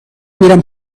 میرم